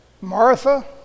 Martha